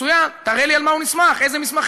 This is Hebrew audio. מצוין, תראה לי על מה הוא נסמך, על איזה מסמכים.